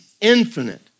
infinite